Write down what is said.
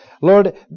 Lord